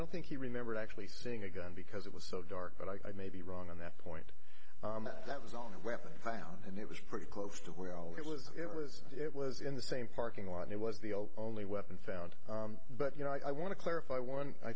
don't think he remembered actually seeing a gun because it was so dark but i may be wrong on that point that was on the weapon found and it was pretty close to where all it was it was it was in the same parking lot and it was the only weapon found but you know i want to clarify one i